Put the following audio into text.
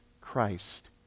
Christ